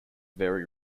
very